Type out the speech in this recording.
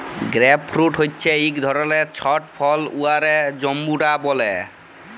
grape fruit হছে ইক ধরলের ছট ফল উয়াকে জাম্বুরা ব্যলে